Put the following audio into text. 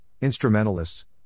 instrumentalists